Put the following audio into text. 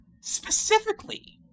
specifically